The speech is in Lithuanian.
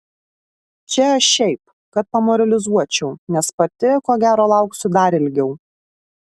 čia aš šiaip kad pamoralizuočiau nes pati ko gero lauksiu dar ilgiau